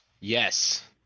Yes